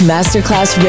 Masterclass